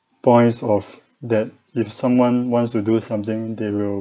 points of that if someone wants to do something they will